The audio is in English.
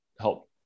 help